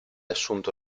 assunto